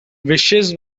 wishes